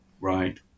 Right